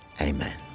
amen